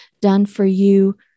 done-for-you